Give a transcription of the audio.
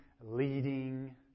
leading